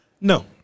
No